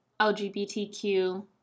LGBTQ